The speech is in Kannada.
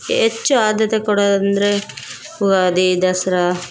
ಹೆಚ್ಚು ಆದ್ಯತೆ ಕೊಡೋದು ಅಂದರೆ ವ ಈ ದಸರಾ